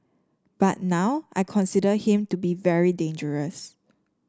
but now I consider him to be very dangerous